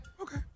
Okay